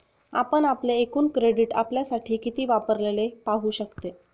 आपण आपले एकूण क्रेडिट आपल्यासाठी किती वापरलेले पाहू शकते